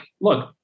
look